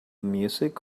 music